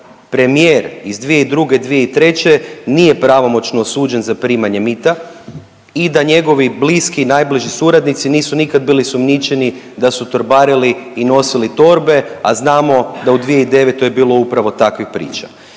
premijer iz 2002.-2003. nije pravomoćno osuđen za primanje mita i da njegovi bliski i najbliži suradnici nisu nikad bili sumljičeni da su torbarili i nosile torbe, a znamo da u 2009. je bilo upravo takvih priča.